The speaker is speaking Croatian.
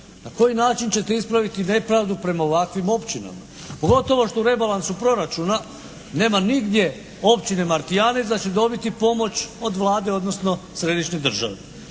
na koji način ćete ispraviti nepravdu prema ovakvim općinama? Pogotovo što u rebalansu proračuna nema nigdje općine Martijanec da će dobiti pomoć od Vlade odnosno središnje države.